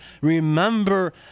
Remember